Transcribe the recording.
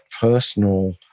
personal